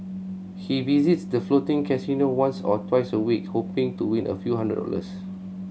he visits the floating casino once or twice a week hoping to win a few hundred dollars